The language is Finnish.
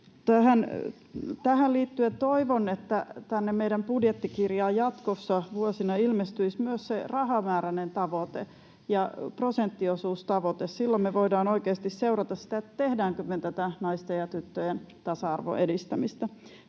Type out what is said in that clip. Tähän liittyen toivon, että tänne meidän budjettikirjaan jatkossa ilmestyisivät myös rahamääräinen tavoite ja prosenttiosuustavoite. Silloin me voidaan oikeasti seurata sitä, tehdäänkö me tätä naisten ja tyttöjen tasa-arvon edistämistä.